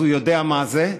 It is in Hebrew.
אז הוא יודע מה זה.